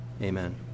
Amen